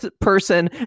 person